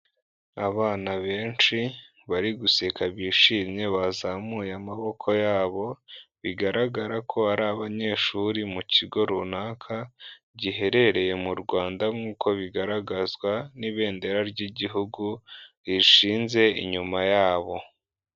Abana benshi bari guseka bishimye bazamuye amaboko yabo, bigaragara ko ari abanyeshuri mu kigo runaka giherereye mu Rwanda nk'uko bigaragazwa n'ibendera ry'igihugu rishinze inyuma yabo.